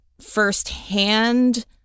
firsthand